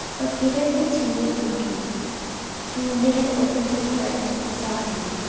but peter continued knocking and when they had opened the door, and saw him,